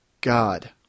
God